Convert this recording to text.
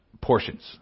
portions